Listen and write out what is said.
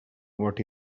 what